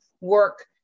work